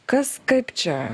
kas kaip čia